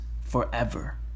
forever